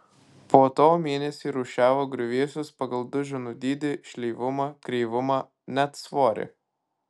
po to mėnesį rūšiavo griuvėsius pagal duženų dydį šleivumą kreivumą net svorį